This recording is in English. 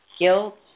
Guilt